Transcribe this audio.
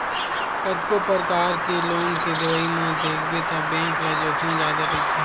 कतको परकार के लोन के देवई म देखबे त बेंक ल जोखिम जादा रहिथे